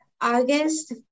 August